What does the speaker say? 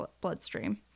bloodstream